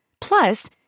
Plus